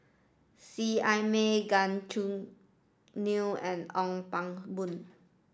seet Ai Mee Gan Choo Neo and Ong Pang Boon